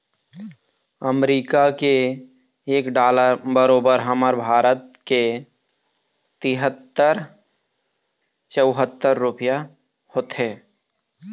अमरीका के एक डॉलर बरोबर हमर भारत के तिहत्तर चउहत्तर रूपइया होथे